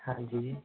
ਹਾਂਜੀ